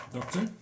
Doctor